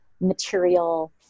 material